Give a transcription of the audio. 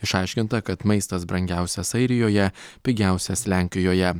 išaiškinta kad maistas brangiausias airijoje pigiausias lenkijoje